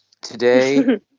Today